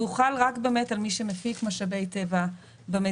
והוא חל רק על מי שמפיק משאבי טבע במדינה.